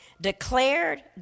declared